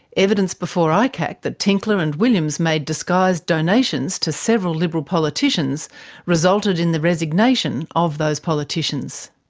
evidence before icac that tinkler and williams made disguised donations to several liberal politicians resulted in the resignation of those politicians.